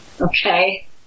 Okay